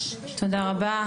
תודה רבה.